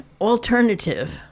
alternative